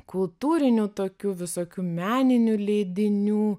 kultūrinių tokių visokių meninių leidinių